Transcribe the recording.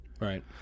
Right